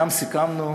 אתם סיכמנו,